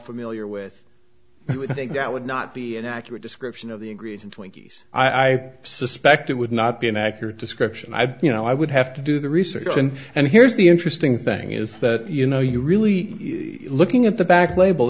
familiar with i would think that would not be an accurate description of the agrees and twinkies i suspect it would not be an accurate description i you know i would have to do the research and here's the interesting thing is that you know you're really looking at the back label